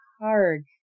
hard